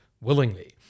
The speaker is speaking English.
willingly